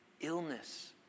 Illness